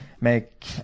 make